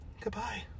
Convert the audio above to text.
Goodbye